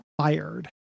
fired